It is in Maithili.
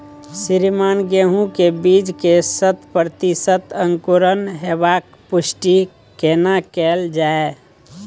श्रीमान गेहूं के बीज के शत प्रतिसत अंकुरण होबाक पुष्टि केना कैल जाय?